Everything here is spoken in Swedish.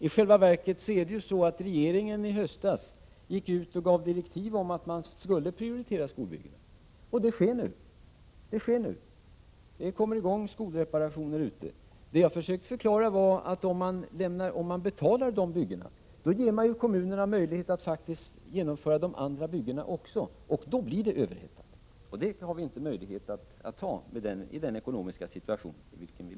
I själva verket gav regeringen i höstas direktiv om att man skulle prioritera skolbyggen. Det är också vad som sker nu. Skolreparationer kommer i gång. Jag försökte förklara, att om man betalar dessa byggen, ger man kommunerna möjlighet att genomföra andra byggen också, och då blir det en överhettning. Det har vi inte möjlighet att acceptera i den ekonomiska situation vi lever i.